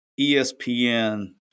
ESPN